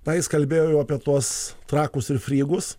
tai jis kalbėjo apie tuos trakus ir frygus